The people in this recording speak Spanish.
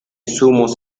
zumos